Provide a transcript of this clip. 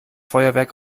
feuerwerk